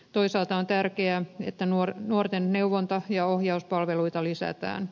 toisaalta on tärkeää että nuorten neuvonta ja ohjauspalveluita lisätään